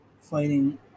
fighting